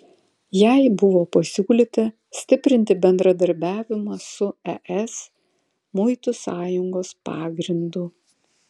jai buvo pasiūlyta stiprinti bendradarbiavimą su es muitų sąjungos pagrindu